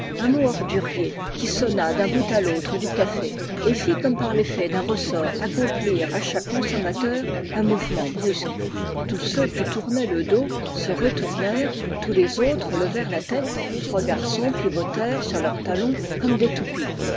un mot ordurier qui sonna d'un bout à l'autre du café et fit comme par l'effet d'un ressort accomplir à chaque consommateur un mouvement brusque tous ceux qui tournaient le dos se retournèrent tous les autres levèrent la tête trois garçons pivotèrent sur leurs talons comme des toupies